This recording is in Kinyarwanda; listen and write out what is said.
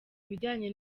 ibijyanye